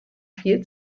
viel